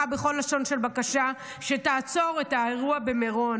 בכל לשון של בקשה שתעצור את האירוע במירון.